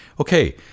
okay